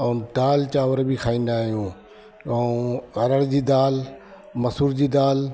ऐं दालि चांवर बि खाईंदा आहियूं ऐं अरहड़ जी दालि मसूर जी दालि